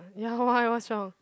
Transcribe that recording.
ya why what's wrong